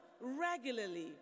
regularly